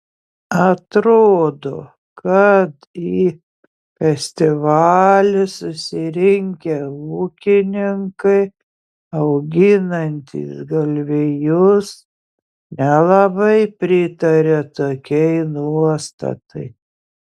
atrodo kad į festivalį susirinkę ūkininkai auginantys galvijus nelabai pritaria tokiai nuostatai